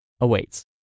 awaits